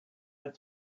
had